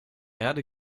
erde